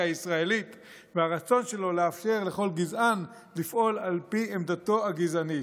הישראלית והרצון שלו לאפשר לכל גזען לפעול על פי עמדתו הגזענית.